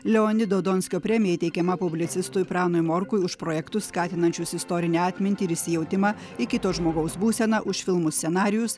leonido donskio premija įteikiama publicistui pranui morkui už projektus skatinančius istorinę atmintį ir įsijautimą į kito žmogaus būseną už filmų scenarijus